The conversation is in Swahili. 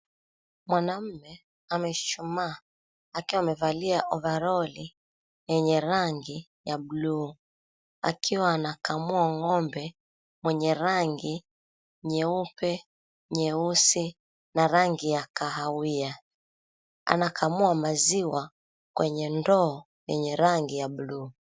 Mwanamume amechuchumaa, akiwa amevalia ovaroli yenye rangi ya buluu, akiwa anakamua ng'ombe mwenye rangi nyeupe, nyeusi na rangi ya kahawia. Anakamua maziwa kwenye ndoo yenye rangi ya buluu.